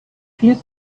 viel